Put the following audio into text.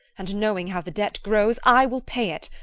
and, knowing how the debt grows, i will pay it.